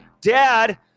dad